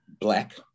black